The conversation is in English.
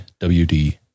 WD